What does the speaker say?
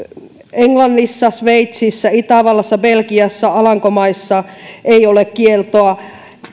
englannissa sveitsissä itävallassa belgiassa alankomaissa ei ole kieltoa